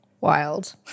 Wild